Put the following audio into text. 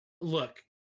look